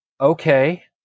okay